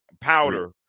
powder